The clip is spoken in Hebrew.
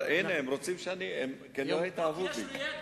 אבל הם רוצים, יש לו ידע,